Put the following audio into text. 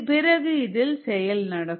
பிறகு இதில் செயல் நடக்கும்